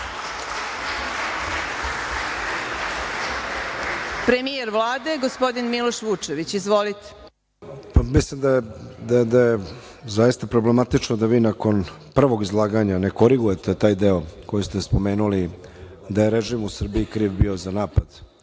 učite. Premijer Vlade, gospodin Miloš Vučević, ima reč. **Miloš Vučević** Mislim da je zaista problematično da vi od prvog izlaganja ne korigujete taj deo koji ste spomenuli da je režim u Srbiji kriv bio za napad